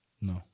No